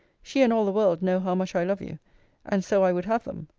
she and all the world know how much i love you and so i would have them.